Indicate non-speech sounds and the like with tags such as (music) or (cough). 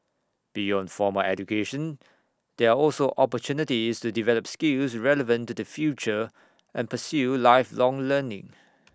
beyond formal education there are also opportunities to develop skills relevant to the future and pursue lifelong learning (noise)